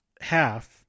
half